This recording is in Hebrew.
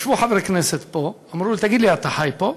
ישבו חברי כנסת פה, אמרו לי: תגיד לי, אתה חי פה?